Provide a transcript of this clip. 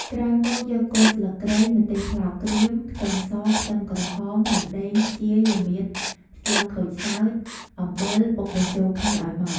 ក្រោយមកយកគល់ស្លឹកគ្រៃ ម្ទេសប្លោកក្រៀម ខ្ទឹមស ខ្ទឹមក្រហម រំដេង ខ្ជាយ ល្មៀត ស្លឹកក្រូចសើច អំបិលបុកបញ្ចូលគ្នាឲ្យម៉ដ្ឋ។